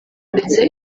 ndetse